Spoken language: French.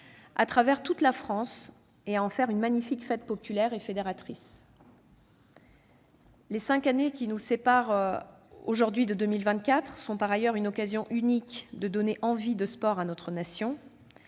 à travers toute la France et à en faire une magnifique fête populaire et fédératrice. Les cinq années qui nous séparent de 2024 sont par ailleurs une occasion unique de donner envie de sport à notre nation.